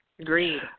Agreed